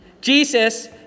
Jesus